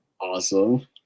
awesome